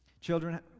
Children